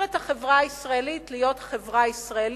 את החברה הישראלית להיות חברה ישראלית,